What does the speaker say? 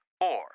four